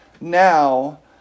now